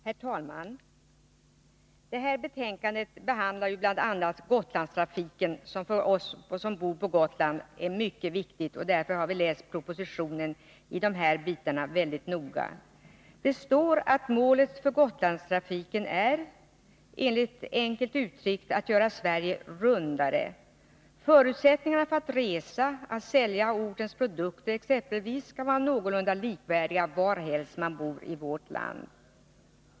Herr talman! Det här betänkandet behandlar bl.a. Gotlandstrafiken, som för oss som bor på Gotland är mycket viktig, och därför har vi läst propositionen i de här delarna väldigt noga. Det står att målet för Gotlandstrafiken är — enkelt uttryckt — att göra Sverige rundare. Förutsättningarna för att resa och exempelvis för att sälja ortens produkter skall vara någorlunda likvärdiga varhelst man bor i vårt land.